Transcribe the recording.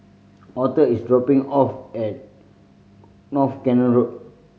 Author is dropping off at North Canal Road